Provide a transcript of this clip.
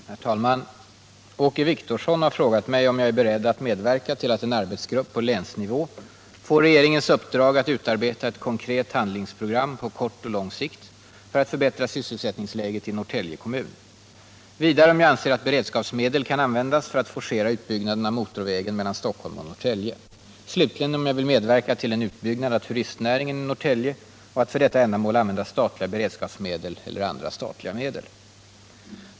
Herr talman! Åke Wictorsson har frågat mig om jag är beredd att medverka till att en arbetsgrupp på länsnivå får regeringens uppdrag att utarbeta ett konkret handlingsprogram på kort och lång sikt för att förbättra sysselsättningsläget i Norrtälje kommun, vidare om jag anser att beredskapsmedel kan användas för att forcera utbyggnaden av motorvägen mellan Stockholm och Norrtälje och slutligen om jag vill medverka till en utbyggnad av turistnäringen i Norrtälje och att för detta ändamål använda statliga beredskapsmedel eller andra statliga medel.